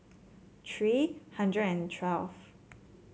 tree hundred and twelve